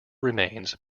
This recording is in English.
remains